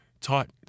taught